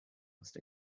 must